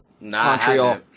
Montreal